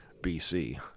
bc